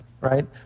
right